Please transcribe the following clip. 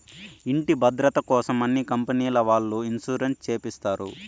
ఇంటి భద్రతకోసం అన్ని కంపెనీల వాళ్ళు ఇన్సూరెన్స్ చేపిస్తారు